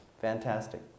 fantastic